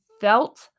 felt